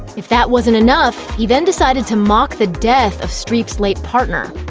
if that wasn't enough, he then decided to mock the death of streep's late partner.